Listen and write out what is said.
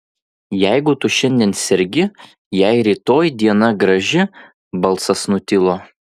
jeigu tu šiandien sergi jei rytoj diena graži balsas nutilo